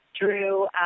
drew